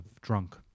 drunk